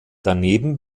daneben